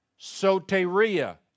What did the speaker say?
soteria